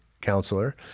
counselor